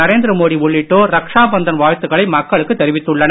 நரேந்திரமோடி உள்ளிட்டோர் ரக் ஷா பந்தன் வாழ்த்துகளை மக்களுக்குத் தெரிவித்துள்ளனர்